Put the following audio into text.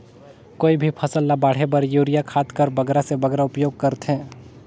कोई भी फसल ल बाढ़े बर युरिया खाद कर बगरा से बगरा उपयोग कर थें?